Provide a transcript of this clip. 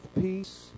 peace